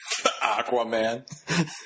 Aquaman